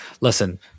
listen